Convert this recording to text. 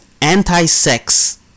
anti-sex